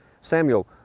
Samuel